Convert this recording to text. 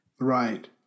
right